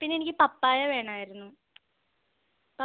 പിന്നെ എനിക്ക് പപ്പായ വേണമായിരുന്നു